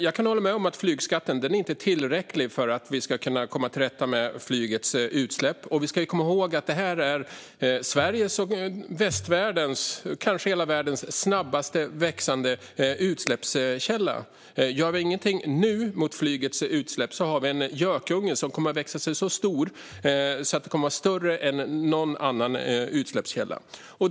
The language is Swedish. Jag kan hålla med om att flygskatten inte är tillräcklig för att vi ska kunna komma till rätta med flygets utsläpp. Och vi ska komma ihåg att detta är Sveriges, västvärldens och kanske hela världens snabbast växande utsläppskälla. Om vi inte gör någonting nu mot flygets utsläpp har vi en gökunge som kommer att växa sig så stor att denna utsläppskälla kommer att vara större än någon annan.